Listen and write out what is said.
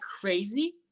crazy